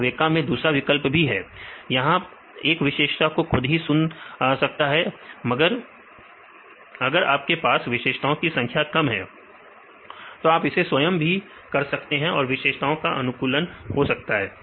मगर वेका में दूसरा विकल्प भी है यह एक विशेषता को खुद ही सुन सकता है मगर अगर आपके पास विशेषताओं की संख्या कम है तो आप इसे स्वयं भी कर सकते हैं और विशेषताओं का अनुकूलन हो सकता है